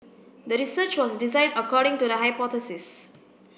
the research was designed according to the hypothesis